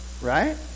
right